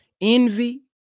Envy